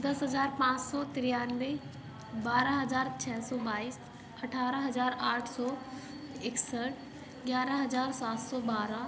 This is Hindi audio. दस हज़ार पाँच सौ तिरानबे बारह हज़ार छः सौ बाईस अठारह हज़ार आठ सौ इकसठ ग्यारह हज़ार सात सौ बारह